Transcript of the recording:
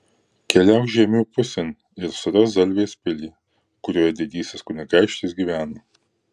keliauk žiemių pusėn ir surask zalvės pilį kurioje didysis kunigaikštis gyvena